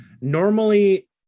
normally